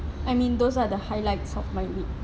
I mean those are the highlights of my week